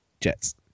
Jets